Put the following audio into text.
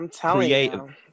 creative